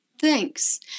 Thanks